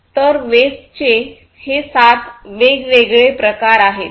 तर वेस्ट चे हे सात वेगवेगळे प्रकार आहेत